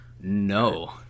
No